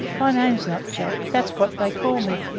my name's not jack that's what they call me,